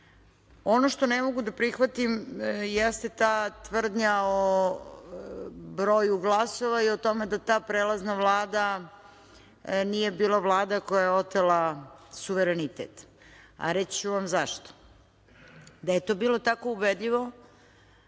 ono što ne mogu da prihvatim jeste ta tvrdnja o broju glasova i o tome da ta prelazna Vlada nije bila Vlada koja je otela suverenitet. Reći ću vam zašto. Da je to bilo tako ubedljivo,